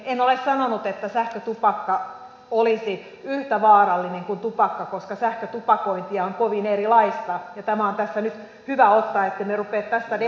en ole sanonut että sähkötupakka olisi yhtä vaarallinen kuin tupakka koska sähkötupakointia on kovin erilaista ja tämä on tässä nyt hyvä ottaa esille ettemme rupea tästä debatoimaan